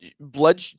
blood